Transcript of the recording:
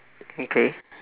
okay